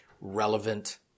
relevant